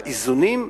באיזונים,